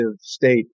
state